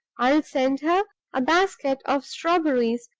i'll send her a basket of strawberries,